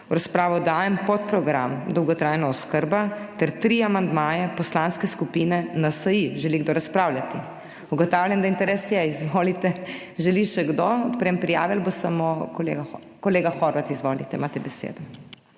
V razpravo dajem podprogram Dolgotrajna oskrba ter tri amandmaje Poslanske skupine NSi. Želi kdo razpravljati? Ugotavljam, da interes je. Izvolite. Želi še kdo? Odprem prijave ali bo samo kolega? Kolega Horvat, izvolite, imate besedo.